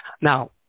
Now